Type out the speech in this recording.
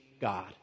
God